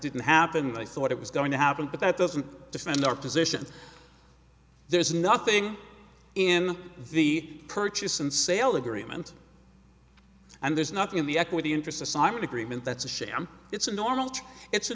didn't happen i thought it was going to happen but that doesn't defend our position there's nothing in the purchase and sale agreement and there's nothing in the equity interest to sign an agreement that's a sham it's a normal it's a